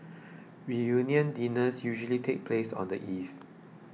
reunion dinners usually take place on the eve